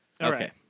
Okay